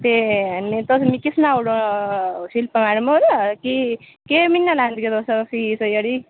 ते नेईं तुस मिकी सनाई ओड़ो शिल्पा मैडम ओ के केह् म्हीना लैंदियां तुस फीस जेह्ड़ी